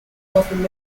often